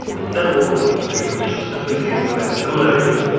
instead, what we're going to do is just simply take a look at the similarities,